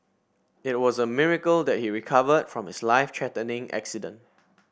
it was a miracle that he recovered from his life threatening accident